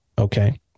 Okay